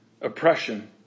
oppression